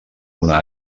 una